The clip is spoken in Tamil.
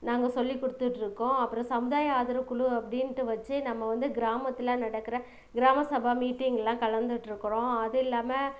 நாங்கள் சொல்லி கொடுத்துட்ருக்கோம் அப்புறம் சமுதாய ஆதரவுக்குழு அப்படின்ட்டு வச்சு நம்ம வந்து கிராமத்தில் நடக்கிற கிராம சபா மீட்டிங்கெலாம் கலந்துகிட்ருக்கறோம் அது இல்லாமல்